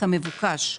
כמבוקש.